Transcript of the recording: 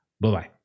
bye-bye